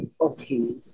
okay